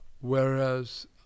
Whereas